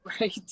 Right